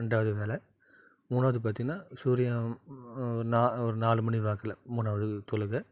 ரெண்டாவது வேளை மூணாவது பார்த்திங்கனா சூரியம் நா ஒரு நாலு மணி வாக்கில் மூணாவது தொழுகை